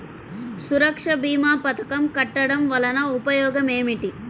సురక్ష భీమా పథకం కట్టడం వలన ఉపయోగం ఏమిటి?